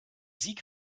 sieg